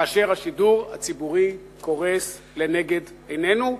כאשר השידור הציבורי קורס לנגד עינינו,